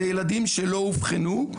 זה ילדים שלא אובחנו,